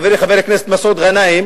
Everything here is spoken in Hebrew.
חברי חבר הכנסת מסעוד גנאים,